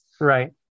Right